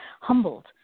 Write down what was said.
humbled